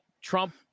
Trump